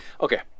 okay